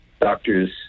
Doctors